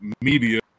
media